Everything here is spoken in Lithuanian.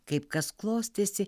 kaip kas klostėsi